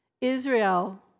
Israel